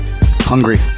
hungry